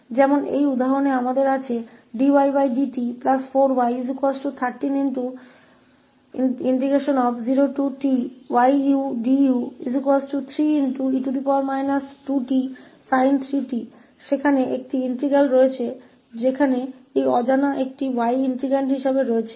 जैसे इस उदाहरण में हमारे पास है dydt4y130tydu3e 2tsin 3t एक इंटीग्रल है जहां यह अज्ञात 𝑦 एक इंटीग्रैंड के रूप में है